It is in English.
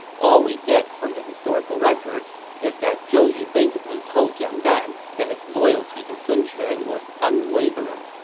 all we get from the historical records is that zhou yu basically told jiang gan that his loyalty to sun quan was unwavering